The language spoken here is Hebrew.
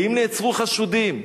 האם נעצרו חשודים?